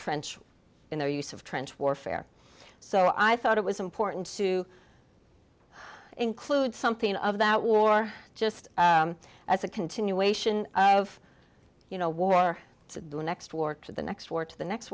trench in the use of trench warfare so i thought it was important to include something of that war just as a continuation of you know war to do next war to the next war to the next